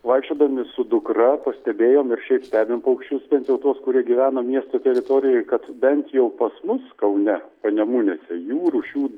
vaikščiodami su dukra pastebėjom ir šiaip stebim paukščius bent jau tuos kurie gyvena miesto teritorijoj kad bent jau pas mus kaune panemunėse jų rūšių